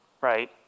right